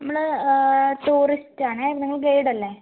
നമ്മൾ ടൂറിസ്റ്റ് ആണേ നിങ്ങൾ ഗൈഡ് അല്ലേ